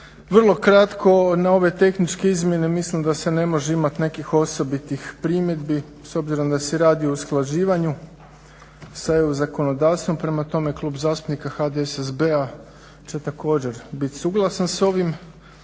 Vrlo kratko, na ove tehničke izmjene mislim da se ne može imati nekih osobitih primjedbi s obzirom da se radi o usklađivanju sa EU zakonodavstvom. Prema tome Klub zastupnika HDSSB-a će također biti suglasan s ovim.